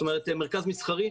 זאת אומרת מרכז מסחרי.